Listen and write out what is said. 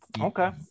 Okay